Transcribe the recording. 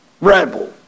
rebel